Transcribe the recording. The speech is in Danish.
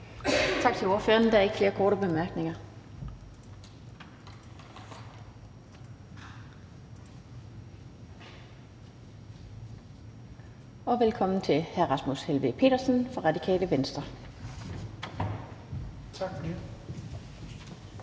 Tak til ordføreren. Der er ikke flere korte bemærkninger. Velkommen til hr. Rasmus Helveg Petersen fra Radikale Venstre. Kl.